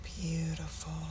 Beautiful